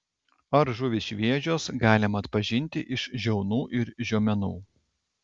ar žuvys šviežios galima atpažinti iš žiaunų ir žiomenų